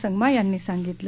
संगमा यांनी सांगितलं